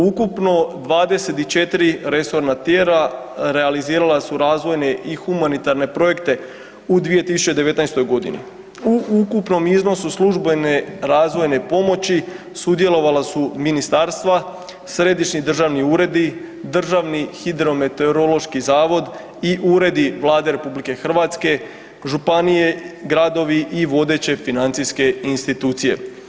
Ukupno 24 resorna tijela realizirala su razvojne i humanitarne projekte u 2019. godini u ukupnom iznosu službene razvojne pomoći sudjelovala su ministarstva, središnji državni uredi, Državni hidrometeorološki zavod i uredi Vlade RH, županije, gradovi i vodeće financijske institucije.